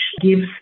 gives